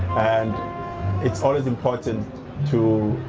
and it's always important to